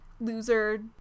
loser